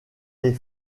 les